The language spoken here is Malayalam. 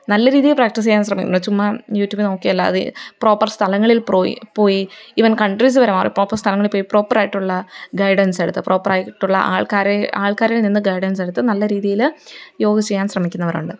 നല്ല രീതിയില് പ്രാക്ടീസീയ്യാന് ശ്രമിക്കുന്നു ചുമ്മാ യൂ ട്യൂബ് നോക്കിയല്ലാതെ പ്രോപ്പർ സ്ഥലങ്ങളിൽ പോയി ഈവൻ കൺട്രീസ് വരെ മാറി പ്രോപ്പർ സ്ഥലങ്ങളില് പോയി പ്രോപ്പറായിട്ടുള്ള ഗൈഡൻസെടുത്ത് പ്രോപ്പറായിട്ടുള്ള ആൾക്കാരെ ആൾക്കാരിൽ നിന്ന് ഗൈഡൻസെടുത്ത് നല്ല രീതിയില് യോഗ ചെയ്യാൻ ശ്രമിക്കുന്നവരുണ്ട്